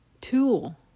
tool